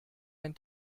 ein